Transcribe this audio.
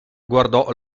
guardò